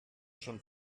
schon